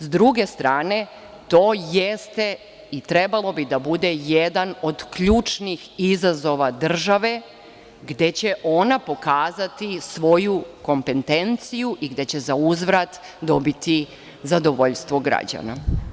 S druge strane, to jeste i trebalo bi da bude jedan od ključnih izazova države, gde će ona pokazati svoju kompetenciju i gde će za uzvrat dobiti zadovoljstvo građana.